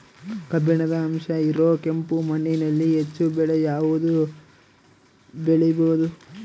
ಕಬ್ಬಿಣದ ಅಂಶ ಇರೋ ಕೆಂಪು ಮಣ್ಣಿನಲ್ಲಿ ಹೆಚ್ಚು ಬೆಳೆ ಯಾವುದು ಬೆಳಿಬೋದು?